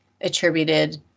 attributed